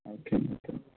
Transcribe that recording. okay okay అండి